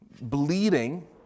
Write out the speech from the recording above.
bleeding